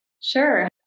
Sure